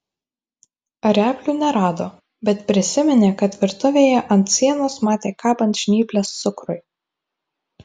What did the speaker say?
replių nerado bet prisiminė kad virtuvėje ant sienos matė kabant žnyples cukrui